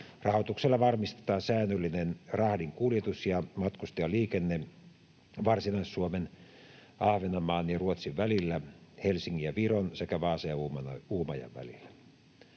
Rahoituksella varmistetaan säännöllinen rahdin kuljetus ja matkustajaliikenne Varsinais-Suomen, Ahvenanmaan ja Ruotsin välillä, Helsingin ja Viron välillä sekä Vaasan ja Uumajan välillä.